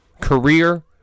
Career